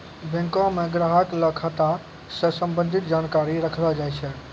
बैंको म ग्राहक ल खाता स संबंधित जानकारी रखलो जाय छै